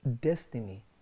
destiny